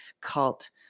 cult